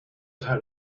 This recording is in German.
teil